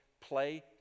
play